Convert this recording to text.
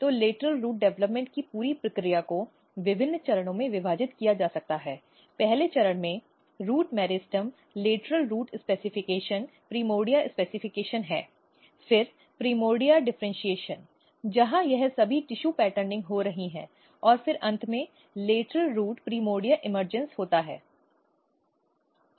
तो lateral root development की पूरी प्रक्रिया को विभिन्न चरणों में विभाजित किया जा सकता है पहले चरण में root meristem lateral root specification primordia specification है फिर प्रिमोर्डिया डिफ़र्इन्शीएशन जहां यह सभी टिशू पैटर्निंग हो रही है और फिर अंत में लेटरल रूट प्राइमर्डिया इमर्जन्स होता है